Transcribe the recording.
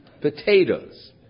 Potatoes